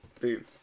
Boom